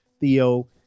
Theo